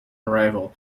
arrival